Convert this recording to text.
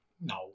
No